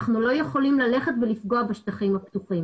אנחנו לא יכולים ללכת ולפגוע בשטחים הפתוחים.